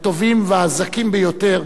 הטובים והזכים ביותר,